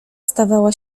stawała